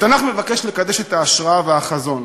התנ"ך מבקש לקדש את ההשראה והחזון,